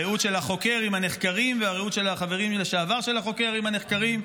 הרעות של החוקר עם הנחקרים והרעות של החברים לשעבר של החוקר עם הנחקרים,